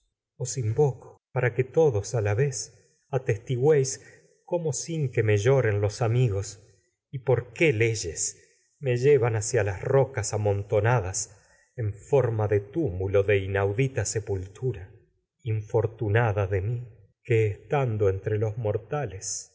os in voco para que todos a la vez atestigüéis leyes de cómo sin que me lloren los amigos y por qué me llevan hacia de inaudita las rocas amontonadas en forma túmulo sepultura mortales infortunada existo de mi que estando entre entre los